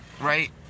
right